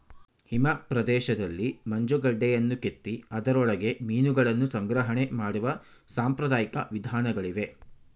ಹಿಮ ಪ್ರದೇಶಗಳಲ್ಲಿ ಮಂಜುಗಡ್ಡೆಯನ್ನು ಕೆತ್ತಿ ಅದರೊಳಗೆ ಮೀನುಗಳನ್ನು ಸಂಗ್ರಹಣೆ ಮಾಡುವ ಸಾಂಪ್ರದಾಯಿಕ ವಿಧಾನಗಳಿವೆ